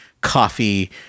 coffee